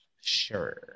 Sure